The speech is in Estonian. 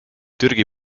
türgi